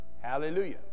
Hallelujah